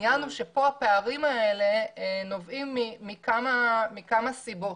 העניין הוא שהפערים האלו נובעים מכמה סיבות,